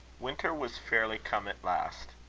winter was fairly come at last.